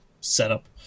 setup